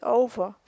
over